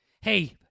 Hey